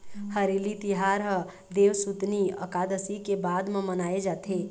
हरेली तिहार ह देवसुतनी अकादसी के बाद म मनाए जाथे